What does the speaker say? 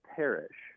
perish